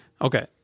Okay